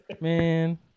Man